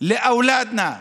לילדינו ולמשפחותינו.